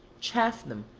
chaffed them,